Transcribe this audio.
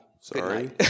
Sorry